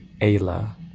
Ayla